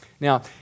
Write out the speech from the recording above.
Now